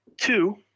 Two